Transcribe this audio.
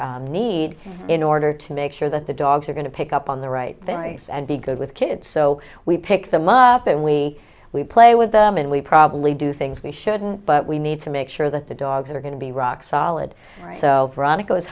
similar need in order to make sure that the dogs are going to pick up on the right things and be good with kids so we pick them up and we we play with them and we probably do things we shouldn't but we need to make sure that the dogs are going to be rock solid so it